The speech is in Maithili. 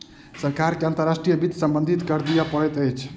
सरकार के अंतर्राष्ट्रीय वित्त सम्बन्धी कर दिअ पड़ैत अछि